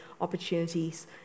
opportunities